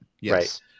Yes